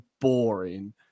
boring